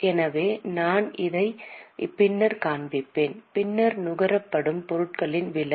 எனவே நான் அதை பின்னர் காண்பிப்பேன் பின்னர் நுகரப்படும் பொருட்களின் விலை